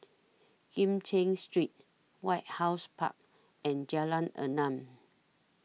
Kim Cheng Street White House Park and Jalan Enam